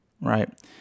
right